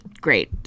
great